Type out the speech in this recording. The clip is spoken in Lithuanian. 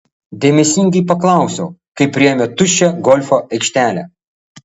dėmesingai paklausiau kai priėjome tuščią golfo aikštelę